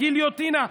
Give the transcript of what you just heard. הגיליוטינה.